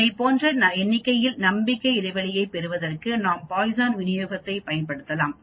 இதை போன்ற எண்ணிக்கையில் நம்பிக்கை இடைவெளியைப் பெறுவதற்கு நாம் பாய்சன் விநியோகத்தைப் பயன்படுத்தலாம்